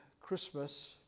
Christmas